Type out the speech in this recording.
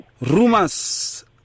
Rumors